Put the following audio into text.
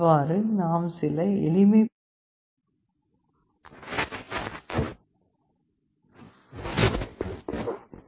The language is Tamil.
இவ்வாறு நாம் சில எளிமைப்படுத்தல்களை செய்வோம்